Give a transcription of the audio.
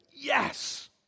yes